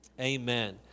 amen